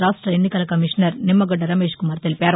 రాష్ట ఎన్నికల కమిషనర్ నిమ్మగడ్డ రమేష్ కుమార్ తెలిపారు